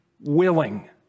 willing